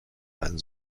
sein